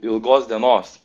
ilgos dienos